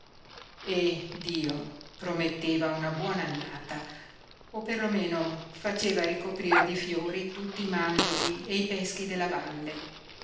e dio prometteva una buona annata o per lo meno faceva ricoprir di fiori tutti i mandorli e i peschi della valle